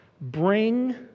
Bring